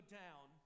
down